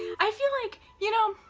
i feel like, you know,